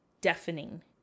deafening